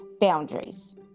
boundaries